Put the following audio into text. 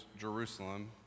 Jerusalem